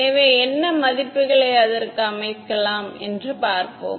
எனவே என்ன மதிப்புகளை அதற்கு அமைக்கலாம் என்று பார்ப்போம்